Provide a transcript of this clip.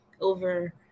over